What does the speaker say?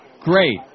Great